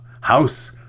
House